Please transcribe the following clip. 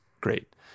great